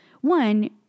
one